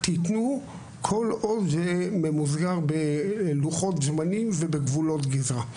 כל עוד זה ממוסגר בלוחות זמנים ובגבולות גזרה.